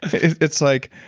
it's like,